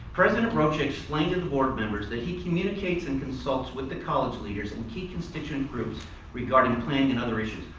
president rocha explained to and the board members that he communicates and consults with the college leaders and key constituent groups regarding planning and other issues,